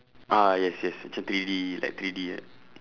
ah yes yes macam three-D like three-D right